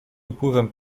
upływem